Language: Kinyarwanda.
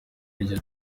iryo